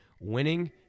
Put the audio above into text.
winning